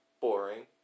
boring